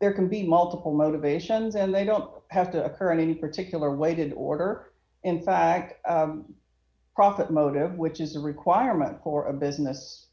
there can be multiple motivations and they don't have to occur in any particular way to order in fact profit motive which is a requirement for a business